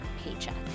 paycheck